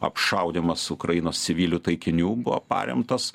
apšaudymas ukrainos civilių taikinių buvo paremtas